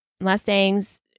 Mustangs